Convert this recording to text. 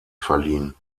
verliehen